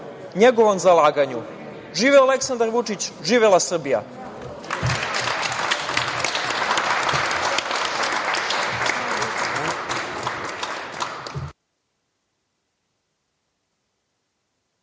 njegovom zalaganju. Živeo Aleksandar Vučić, živela Srbija.